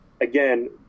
Again